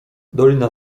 dolina